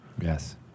Yes